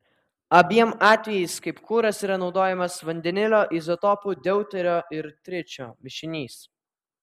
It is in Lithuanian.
abiem atvejais kaip kuras yra naudojamas vandenilio izotopų deuterio ir tričio mišinys